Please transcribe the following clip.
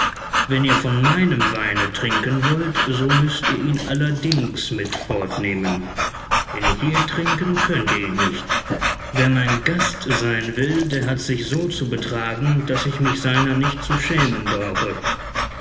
wenn ihr von meinem weine trinken wollt so müßt ihr ihn allerdings mit fortnehmen denn hier trinken könnt ihr ihn nicht wer mein gast sein will der hat sich so zu betragen daß ich mich seiner nicht zu schämen brauche